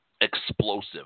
explosive